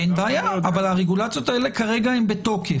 אין בעיה, אבל הרגולציות האלה הן כרגע בתוקף.